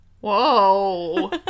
Whoa